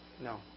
No